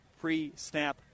pre-snap